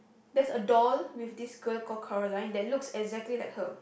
there's a door with this girl call Caroline that looks exactly like her